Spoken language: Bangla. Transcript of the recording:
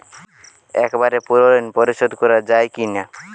একবারে পুরো ঋণ পরিশোধ করা যায় কি না?